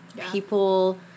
people